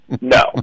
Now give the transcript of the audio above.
No